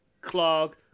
clog